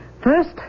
First